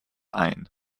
ein